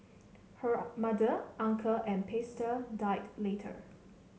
her mother uncle and pastor died later